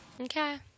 Okay